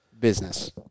business